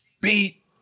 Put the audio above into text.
beat